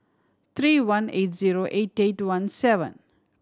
three one eight zero eight eight one seven